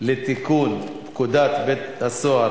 לשירות בתי-הסוהר